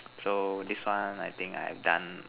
so this one I think I've done